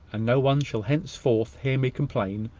and no one shall henceforth hear me complain,